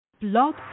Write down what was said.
Blog